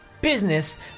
business